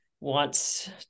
wants